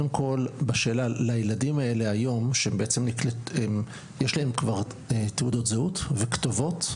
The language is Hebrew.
לילדים האלה יש כבר תעודות זהות וכתובות.